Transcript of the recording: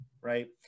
right